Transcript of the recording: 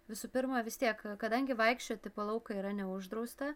visų pirma vis tiek kadangi vaikščioti po lauką yra neuždrausta